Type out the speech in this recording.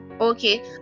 Okay